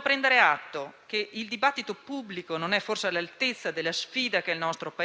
prendere atto che il dibattito pubblico forse non è all'altezza della sfida che il nostro Paese è chiamato a sostenere e che il dibattito parlamentare è stato completamente esautorato sul tema e confinato.